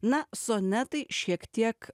na sonetai šiek tiek